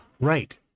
Right